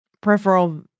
Peripheral